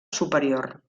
superior